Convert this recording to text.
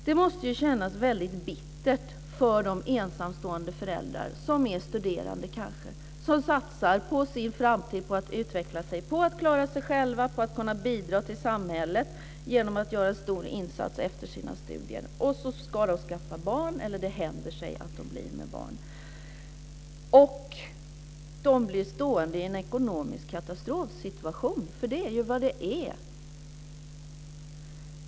Det måste ju kännas väldigt bittert för de ensamstående föräldrar som kanske är studerande och som satsar sin framtid på att utveckla sig, klara sig själva och kunna bidra till samhället genom att göra en stor insats efter sina studier och som blir med barn. De hamnar då i en ekonomisk katastrofsituation, för det är ju vad det är.